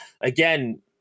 again